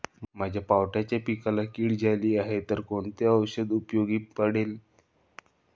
माझ्या पावट्याच्या पिकाला कीड झाली आहे तर कोणते औषध उपयोगी पडेल?